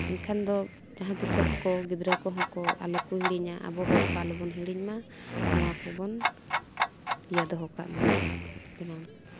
ᱮᱱᱠᱷᱟᱱ ᱫᱚ ᱡᱟᱦᱟᱸ ᱛᱤᱥᱚᱜ ᱠᱚ ᱜᱤᱫᱽᱨᱟᱹ ᱠᱚᱦᱚᱸ ᱠᱚ ᱟᱞᱚ ᱠᱚ ᱦᱤᱲᱤᱧᱟ ᱟᱵᱚ ᱦᱚᱲ ᱠᱚ ᱟᱞᱚ ᱵᱚᱱ ᱦᱤᱲᱤᱧ ᱢᱟ ᱱᱚᱣᱟ ᱠᱚᱵᱚᱱ ᱤᱭᱟᱹ ᱫᱚᱦᱚ ᱠᱟᱜ ᱢᱟ ᱵᱮᱱᱟᱣ